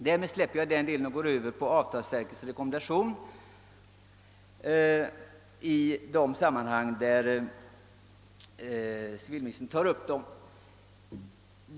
Jag går så över till att tala om avtalsverkets rekommendation.